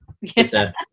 Yes